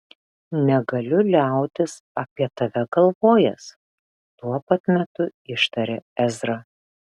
negaliu liautis apie tave galvojęs tuo pat metu ištarė ezra